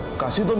kashi.